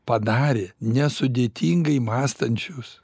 padarė nesudėtingai mąstančius